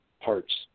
parts